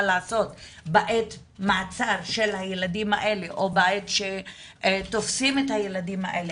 לעשות בעת מעצר של הילדים האלה או בעת שתופסים את הילדים האלה,